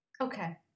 Okay